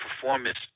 performance